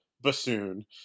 Bassoon